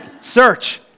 search